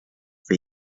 for